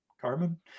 Carmen